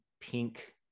pink